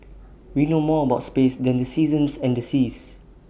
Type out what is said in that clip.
we know more about space than the seasons and the seas